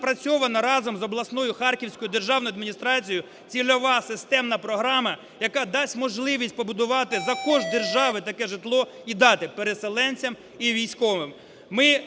напрацьовано разом з обласною Харківською державною адміністрацією цільова системна програма, яка дасть можливість побудувати за кошт держави таке житло і дати переселенцям і військовим.